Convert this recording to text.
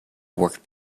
work